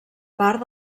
part